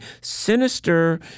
sinister